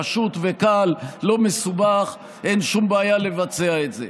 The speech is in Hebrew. פשוט וקל, לא מסובך, ואין שום בעיה לבצע את זה.